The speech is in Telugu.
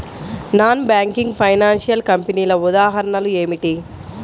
నాన్ బ్యాంకింగ్ ఫైనాన్షియల్ కంపెనీల ఉదాహరణలు ఏమిటి?